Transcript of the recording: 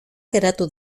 geratu